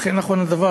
אכן נכון הדבר.